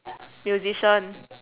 musician